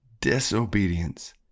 disobedience